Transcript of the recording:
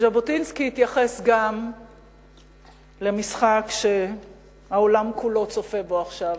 ז'בוטינסקי התייחס גם למשחק שהעולם כולו צופה בו עכשיו,